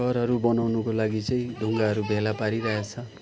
घरहरू बनाउनुको लागि चाहिँ ढुङ्गाहरू भेला पारिराखेको छ